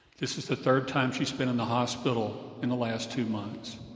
this is the third time she's been in the hospital in the last two months.